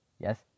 Yes